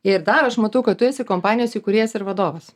ir dar aš matau kad tu esi kompanijos įkūrėjas ir vadovas